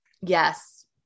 Yes